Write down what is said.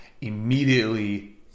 immediately